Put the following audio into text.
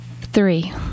Three